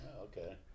okay